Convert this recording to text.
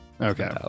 okay